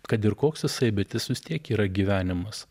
kad ir koks jisai bet jis vis tiek yra gyvenimas